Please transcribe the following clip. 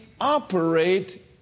operate